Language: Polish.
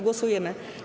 Głosujemy.